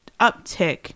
uptick